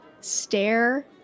stare